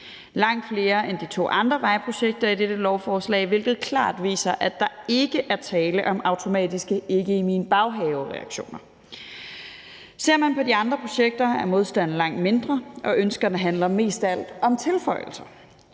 langt flere end de to andre vejprojekter i dette lovforslag, hvilket klart viser, at der ikke er tale om automatiske ikke-i-min-baghave-reaktioner. Ser man på de andre projekter, er modstanden langt mindre, og ønskerne handler mest af alt om tilføjelser.